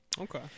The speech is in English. Okay